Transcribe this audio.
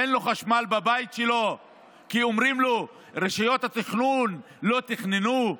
אין לו חשמל בבית שלו כי אומרים לו: רשויות התכנון לא תכננו?